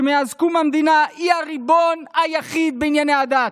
שמאז קום המדינה היא הריבון היחיד בענייני הדת.